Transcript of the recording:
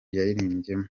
yaririmbyemo